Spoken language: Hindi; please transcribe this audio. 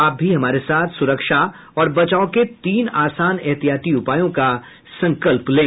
आप भी हमारे साथ सुरक्षा और बचाव के तीन आसान एहतियाती उपायों का संकल्प लें